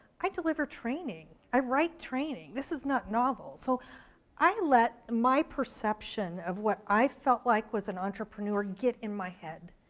i deliver training. i write training, this is not novel. so i let my perception of what i felt like was an entrepreneur get in my head.